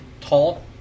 tall